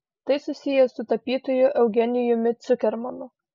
tai susiję su tapytoju eugenijumi cukermanu